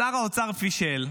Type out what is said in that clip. שר האוצר פישל,